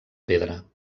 pedra